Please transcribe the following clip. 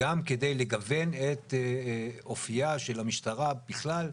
גם כדי לגוון את אופייה של המשטרה בכלל,